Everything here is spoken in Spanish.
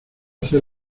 hacer